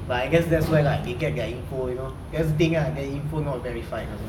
but I guess that's where like they get their info that's the thing ah the info not verified also